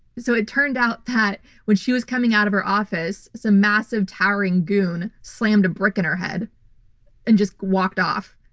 so, it turned out that when she was coming out of her office, some massive towering goon slammed a brick in her head and just walked off.